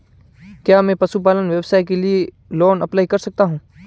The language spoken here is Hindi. क्या मैं पशुपालन व्यवसाय के लिए लोंन अप्लाई कर सकता हूं?